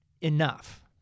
enough